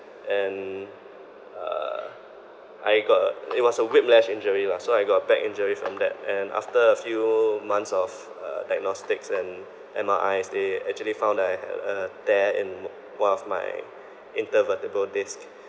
and uh I got a it was a whiplash injury lah so I got a back injury from that and after a few months of uh diagnostics and M_R_Is they actually found that I had a tear in one of my inter vertebral disc